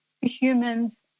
humans